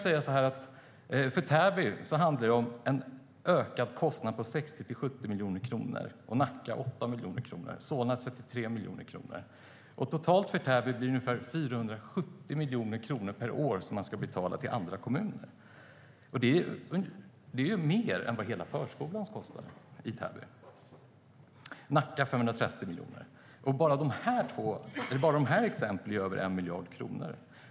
För Täby handlar det om en ökad kostnad på 60-70 miljoner kronor, för Nacka 8 miljoner kronor och för Solna 33 miljoner kronor. Totalt blir det för Täby ungefär 470 miljoner kronor per år som man ska betala till andra kommuner. Det är mer än hela förskolans kostnad i Täby. I Nacka är det 530 miljoner kronor. Bara de här exemplen går på över 1 miljard kronor.